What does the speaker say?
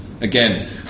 again